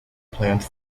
plans